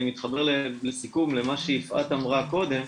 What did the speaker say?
אני מתחבר לסיכום למה שיפעת אמרה קודם.